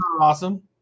awesome